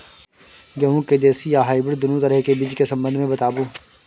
गेहूँ के देसी आ हाइब्रिड दुनू तरह के बीज के संबंध मे बताबू?